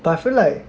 but I feel like